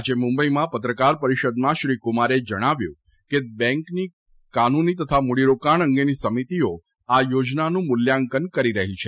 આજે મુંબઇમાં પત્રકાર પરિષદમાં શ્રી કુમારે જણાવ્યું છે કે બેંકની કાનૂની તથા મૂડીરોકાણ અંગેની સમિતિઓ આ યોજનાનું મૂલ્યાંકન કરી રહી છે